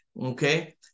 okay